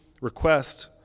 request